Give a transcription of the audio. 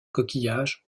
coquillages